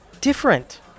different